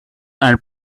and